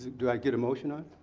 do i get a motion on